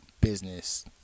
business